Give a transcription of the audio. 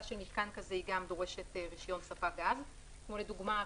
של מתקן כזה גם דורשת רישיון ספק גז; כמו לדוגמה,